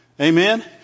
Amen